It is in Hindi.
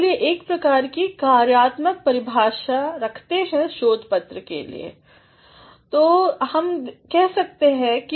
चलिए एक प्रकार की कार्यात्मक परिभाषा रखते हैं शोध पत्र की